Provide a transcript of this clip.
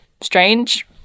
strange